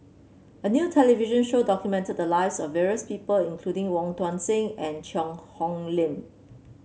a new television show documented the lives of various people including Wong Tuang Seng and Cheang Hong Lim